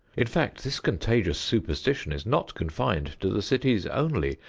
in fact, this contagious superstition is not confined to the cities only,